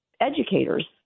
educators